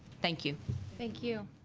thank you thank you